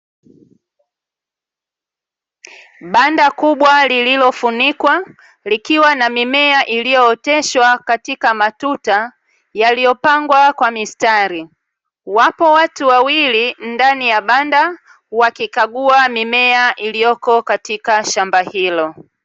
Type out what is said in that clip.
Banda kubwa lililofunikwa likiwa na mimea iliyooteshwa katika matuta yaliyopangwa kwa mistari, wapo watu wawili ndani ya banda wakikagua mimea iliyoko katika shamba hilo.